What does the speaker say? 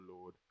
Lord